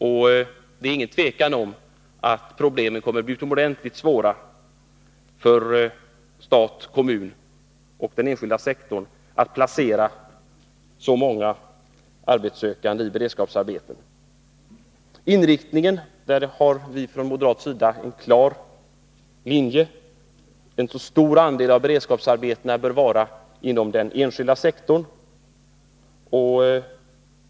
Och det råder inget tvivel att det kommer att bli utomordentligt svårt för staten, kommunerna och den enskilda sektorn att placera så många arbetssökande i beredskapsarbete. När det gäller inriktningen har vi från moderat sida en klar linje. En så stor del som möjligt av beredskapsarbetena bör förläggas inom den enskilda sektorn.